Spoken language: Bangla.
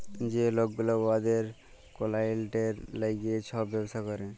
যে লক গুলা উয়াদের কালাইয়েল্টের ল্যাইগে ছব ব্যবসা ক্যরে